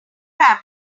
family